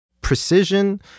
precision